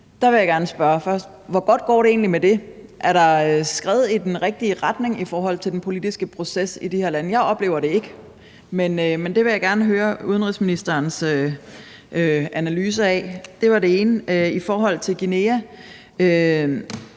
Hvor godt går det egentlig med det? Er der et skred i den rigtige retning i forhold til den politiske proces i de her lande? Jeg oplever det ikke, men det vil jeg gerne høre udenrigsministerens analyse af. Det var det ene. I forhold til Guinea